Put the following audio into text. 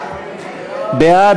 בעד,